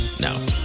No